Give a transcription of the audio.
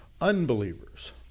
unbelievers